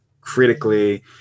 critically